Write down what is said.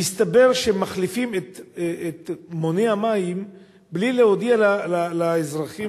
מסתבר שמחליפים את מוני המים בלי להודיע לאזרחים,